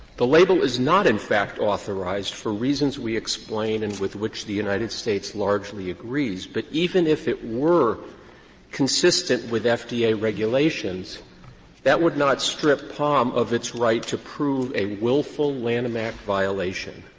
the label is not, in fact, authorized for reasons we explain and with which the united states largely agrees, but even if it were consistent with fda regulations regulations that would not strip pom of its right to prove a willful lanham act violation.